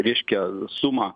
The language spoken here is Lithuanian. reiškia suma